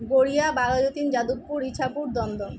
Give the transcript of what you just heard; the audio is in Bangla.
গড়িয়া বাঘাযতীন যাদবপুর ইছাপুর দমদম